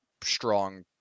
strong